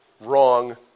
wrong